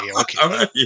okay